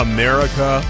America